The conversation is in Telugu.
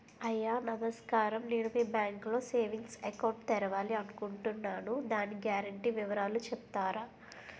అయ్యా నమస్కారం నేను మీ బ్యాంక్ లో సేవింగ్స్ అకౌంట్ తెరవాలి అనుకుంటున్నాను దాని గ్యారంటీ వివరాలు చెప్తారా?